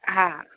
हा